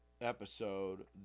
episode